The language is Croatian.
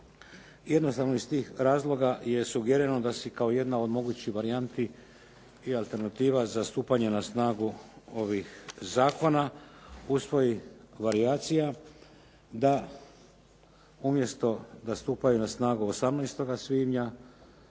Jednostavno iz tih razloga je sugerirano da se kao jedna od mogućih varijanti i alternativa za stupanje na snagu ovih zakona usvoji varijacija da umjesto da stupaju na snagu 18. svibnja